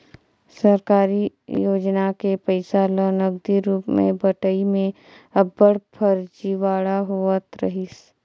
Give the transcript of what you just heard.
सरकारी योजना के पइसा ल नगदी रूप में बंटई में अब्बड़ फरजीवाड़ा होवत रहिस